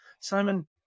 Simon